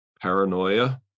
paranoia